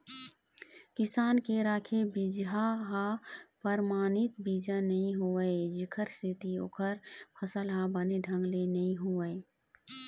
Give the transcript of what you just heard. किसान के राखे बिजहा ह परमानित बीजा नइ होवय जेखर सेती ओखर फसल ह बने ढंग ले नइ होवय